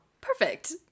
perfect